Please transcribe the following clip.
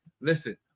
Listen